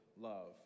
love